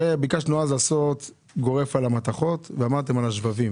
ביקשו אז לעשות גורף על המתכות ועל השבבים.